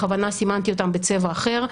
בכוונה סימנתי אותם בצבע אחר.